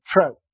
true